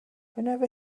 whenever